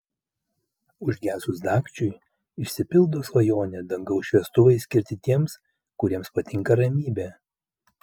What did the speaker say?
užgesus dagčiui išsipildo svajonė dangaus šviestuvai skirti tiems kuriems patinka ramybė